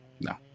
no